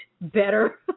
better